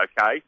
okay